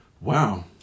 Wow